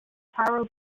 taro